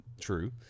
true